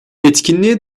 etkinliğe